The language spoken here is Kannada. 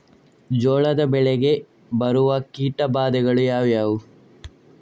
ಜೋಳದ ಬೆಳೆಗೆ ಬರುವ ಕೀಟಬಾಧೆಗಳು ಯಾವುವು?